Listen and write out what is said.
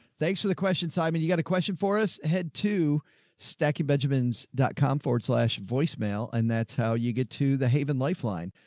thanks for the question, simon, you got a question for us? head to stacie, benjamins dot com forward slash voicemail and that's how you get to the haven lifeline.